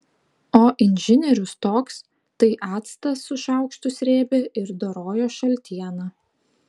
o inžinierius toks tai actą su šaukštu srėbė ir dorojo šaltieną